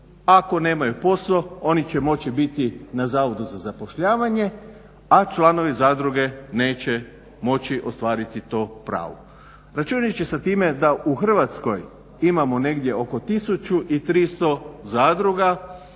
Ako nemaju posao oni će moći biti na zavodu za zapošljavanje, a članovi zadruge neće moći ostvariti to pravo. Računajući sa time da u Hrvatskoj imamo negdje oko tisuću i 300 zadruga